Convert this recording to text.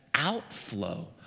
outflow